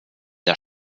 der